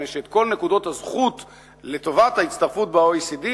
כי את כל נקודות הזכות לטובת ההצטרפות ל-OECD